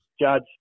judge